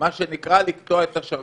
מה שנקרא, לקטוע את השרשרת.